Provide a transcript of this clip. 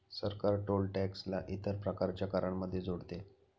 सरकार toll tax ला इतर प्रकारच्या करांमध्ये जोडते